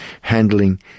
handling